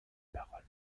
paroles